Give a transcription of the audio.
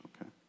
okay